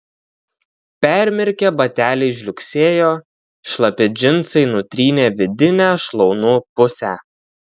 permirkę bateliai žliugsėjo šlapi džinsai nutrynė vidinę šlaunų pusę